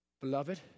Beloved